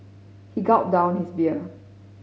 he gulped down his beer